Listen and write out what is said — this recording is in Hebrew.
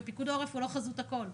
ופיקוד העורף הוא לא חזות הכול,